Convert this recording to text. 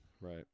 right